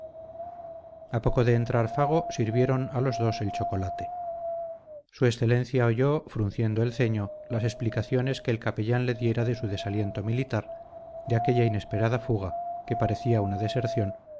a poco de entrar fago sirvieron a los dos el chocolate su excelencia oyó frunciendo el ceño las explicaciones que el capellán le diera de su desaliento militar de aquella inesperada fuga que parecía una deserción